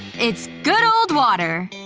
it's good old water!